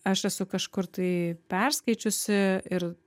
aš esu kažkur tai perskaičiusi ir